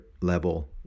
level